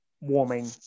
warming